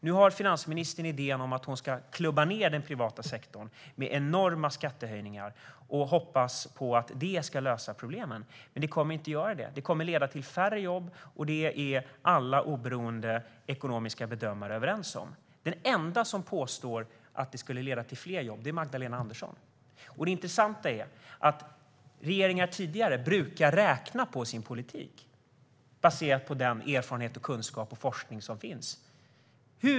Nu har finansministern idén att hon ska klubba ned den privata sektorn med enorma skattehöjningar. Hon hoppas att det ska lösa problemen. Men det kommer inte att lösa problemen. Det kommer att leda till färre jobb, och det är alla oberoende ekonomiska bedömare överens om. Den enda som påstår att det skulle leda till fler jobb är Magdalena Andersson. Det intressanta är att tidigare regeringar brukade räkna på sin politik baserat på den erfarenhet, kunskap och forskning som finns.